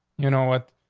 you know what?